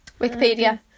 Wikipedia